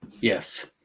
Yes